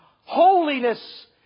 holiness